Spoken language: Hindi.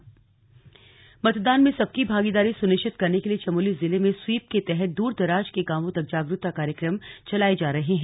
स्लग जागरूकता चमोली मतदान में सबकी भागीदारी सुनिश्चित करने के लिए चमोली जिले में स्वीप के तहत दूर दराज के गांवों तक जागरूकता कार्यक्रम चलाये जा रहे हैं